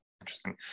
Interesting